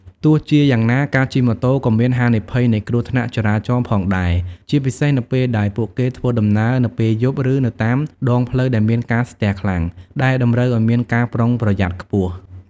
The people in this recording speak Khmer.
ទោះជាយ៉ាងណា ការជិះម៉ូតូក៏មានហានិភ័យនៃគ្រោះថ្នាក់ចរាចរណ៍ផងដែរ ជាពិសេសនៅពេលដែលពួកគេធ្វើដំណើរនៅពេលយប់ឬនៅតាមដងផ្លូវដែលមានការស្ទះខ្លាំង ដែលតម្រូវឱ្យមានការប្រុងប្រយ័ត្នខ្ពស់។